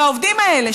ואת העובדים האלה,